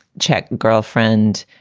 czech girlfriend